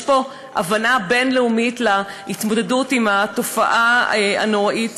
יש פה הבנה בין-לאומית להתמודדות עם התופעה הנוראית